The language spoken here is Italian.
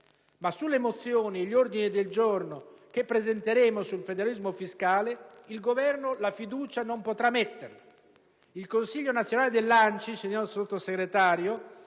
ma sulle mozioni e gli ordini del giorno che presenteremo sul federalismo fiscale il Governo non potrà mettere la fiducia. Il Consiglio nazionale dell'ANCI, signor Sottosegretario,